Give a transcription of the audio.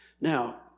Now